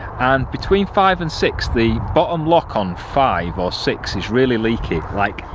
and between five and six the bottom lock on five or six is really leaky like.